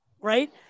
Right